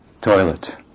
toilet